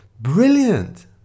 Brilliant